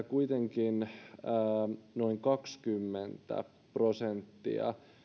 kuitenkin vasta noin kaksikymmentä prosenttia